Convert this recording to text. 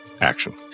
action